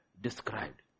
described